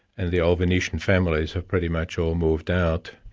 and the old venetian families have pretty much all moved out,